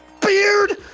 beard